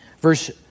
verse